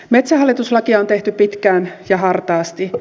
metsähallitus lakia on tehty pitkään ja hartaasti